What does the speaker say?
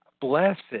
Blessed